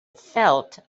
felt